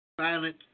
Violent